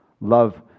love